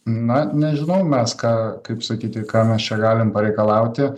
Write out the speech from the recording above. na nežinau mes ką kaip sakyti ką mes čia galim pareikalauti